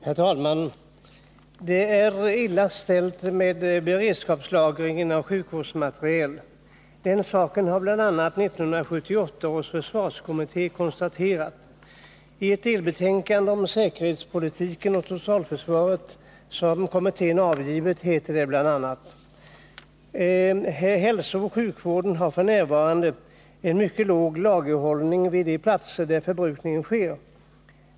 Herr talman! Det är illa ställt med beredskapslagringen av sjukvårdsmateriel. Den saken har bl.a. 1978 års försvarskommitté konstaterat. I ett delbetänkande om säkerhetspolitiken och totalförsvaret säger kommittén bl.a.: ”Hälsooch sjukvården har f. n. en mycket låg lagerhållning vid de platser där förbrukningen sker.